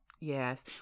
Yes